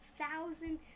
thousand